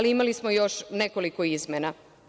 Imali smo još nekoliko izmena.